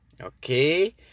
okay